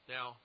Now